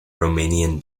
romanian